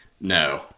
No